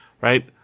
right